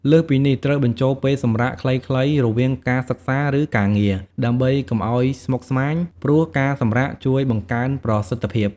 លើសពីនេះ ត្រូវបញ្ចូលពេលសម្រាកខ្លីៗរវាងការសិក្សា ឬការងារ ដើម្បីកុំឲ្យស្មុគស្មាញ ព្រោះការសម្រាកជួយបង្កើនប្រសិទ្ធភាព។